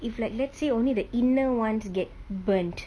if like let's say only the inner ones get burnt